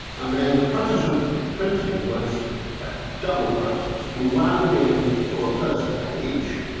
and then the process of printing was a double process. you wound in for the first page,